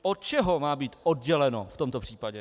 Od čeho má být odděleno v tomto případě?